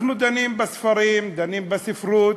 אנחנו דנים בספרים, דנים בספרות,